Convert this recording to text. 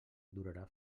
durarà